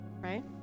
right